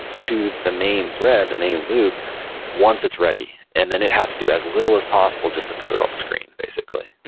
to the main thread, the main loop once it's ready. and then it has to do as little as possible just to put it on the screen basically